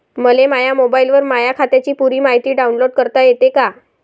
मले माह्या मोबाईलवर माह्या खात्याची पुरी मायती डाऊनलोड करता येते का?